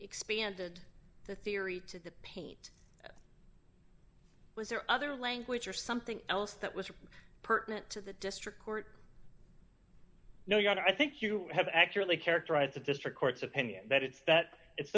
expanded the theory to the pain was there other language or something else that was pertinent to the district court no your honor i think you have accurately characterized the district court's opinion that it's that it's